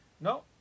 no